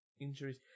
injuries